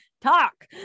talk